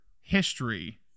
history